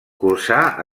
cursà